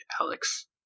Alex